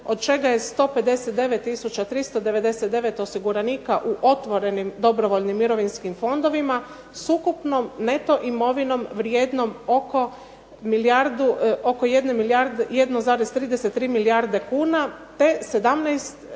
od čega je 159 tisuća 399 osiguranika u otvorenim dobrovoljnim mirovinskim fondovima s ukupnom neto imovinom vrijednom oko 1,33 milijarde kuna te 17 tisuća